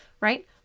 right